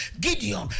Gideon